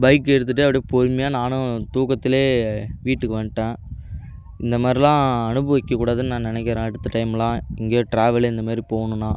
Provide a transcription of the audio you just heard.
bike எடுத்துட்டு அப்படியே பொறுமையாக நானும் தூக்கத்தில் வீட்டுக்கு வந்துட்டேன் இந்த மாதிரிலாம் அனுபவிக்கக்கூடாதுன்னு நான் நினைக்கிறேன் அடுத்த டைம்லாம் எங்கேயாது டிராவலு இந்த மாதிரி போகணுன்னா